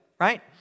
right